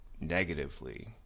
negatively